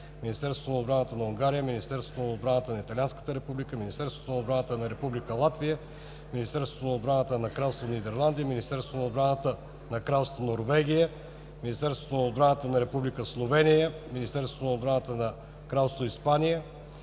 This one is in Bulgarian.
Министерството на отбраната на Унгария, Министерството на отбраната на Италианската Република, Министерството на отбраната на Република Латвия, Министерството на отбраната на Кралство Нидерландия, Министерството на отбраната на Кралство Норвегия, Министерството на отбраната на Република Словения, министъра на отбраната на Кралство Испания,